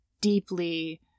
deeply